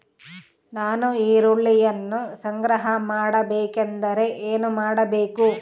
ನಾನು ಈರುಳ್ಳಿಯನ್ನು ಸಂಗ್ರಹ ಮಾಡಬೇಕೆಂದರೆ ಏನು ಮಾಡಬೇಕು?